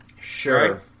Sure